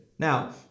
Now